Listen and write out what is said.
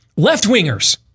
left-wingers